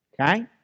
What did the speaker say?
Okay